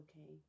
okay